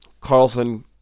Carlson